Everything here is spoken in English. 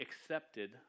accepted